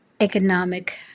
economic